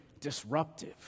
disruptive